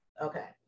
okay